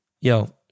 Yo